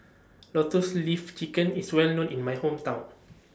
Lotus Leaf Chicken IS Well known in My Hometown